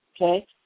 okay